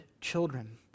children